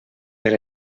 per